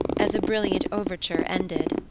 as a brilliant overture ended.